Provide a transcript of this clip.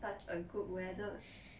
such a good weather